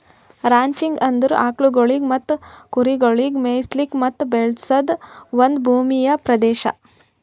ranching ಅಂದುರ್ ಆಕುಲ್ಗೊಳಿಗ್ ಮತ್ತ ಕುರಿಗೊಳಿಗ್ ಮೆಯಿಸ್ಲುಕ್ ಮತ್ತ ಬೆಳೆಸದ್ ಒಂದ್ ಭೂಮಿಯ ಪ್ರದೇಶ